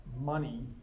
money